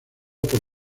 por